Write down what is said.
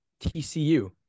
TCU